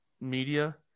media